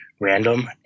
random